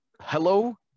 hello